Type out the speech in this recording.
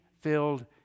filled